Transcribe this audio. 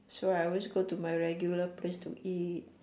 so I was always go to my regular place to eat